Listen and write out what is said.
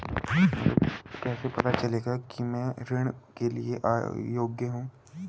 मुझे कैसे पता चलेगा कि मैं ऋण के लिए योग्य हूँ?